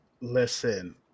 listen